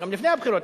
גם לפני הבחירות,